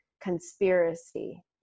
conspiracy